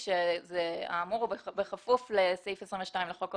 שהאמור בכפוף לסעיף 22(ג) לחוק העונשין,